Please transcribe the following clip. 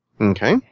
Okay